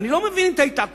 אני לא מבין את ההתעקשות.